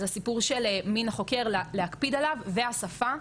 אז הסיפור של מין החוקר, להקפיד עליו, והשפה.